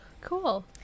Cool